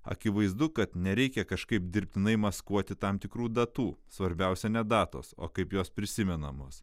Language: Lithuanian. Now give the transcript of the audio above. akivaizdu kad nereikia kažkaip dirbtinai maskuoti tam tikrų datų svarbiausia ne datos o kaip jos prisimenamos